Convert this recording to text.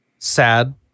sad